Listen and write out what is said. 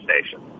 station